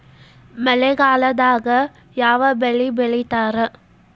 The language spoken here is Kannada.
ಮಳೆಗಾಲದಾಗ ಯಾವ ಬೆಳಿ ಬೆಳಿತಾರ?